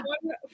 one